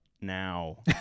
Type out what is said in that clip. now